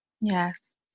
Yes